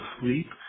sleep